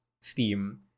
Steam